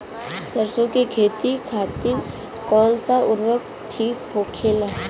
सरसो के खेती खातीन कवन सा उर्वरक थिक होखी?